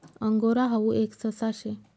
angora हाऊ एक ससा शे